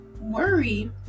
worry